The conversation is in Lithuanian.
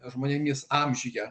žmonėmis amžiuje